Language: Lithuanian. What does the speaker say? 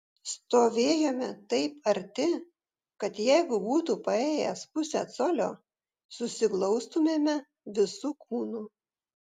stovėjome taip arti kad jeigu būtų paėjęs pusę colio susiglaustumėme visu kūnu